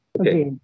okay